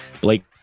Blake